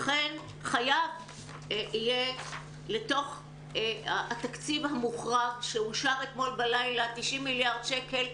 לכן חייב יהיה לתוך התקציב המוחרג שאושר אתמול בלילה 90 מיליארד שקל,